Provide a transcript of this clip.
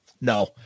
No